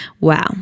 Wow